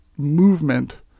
Movement